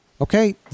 Okay